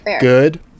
good